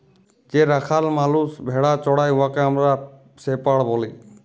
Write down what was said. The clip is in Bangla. যে রাখাল মালুস ভেড়া চরাই উয়াকে আমরা শেপাড় ব্যলি